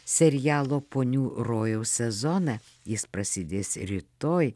serialo ponių rojaus sezoną jis prasidės rytoj